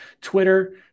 twitter